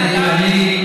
בינתיים הם עשו,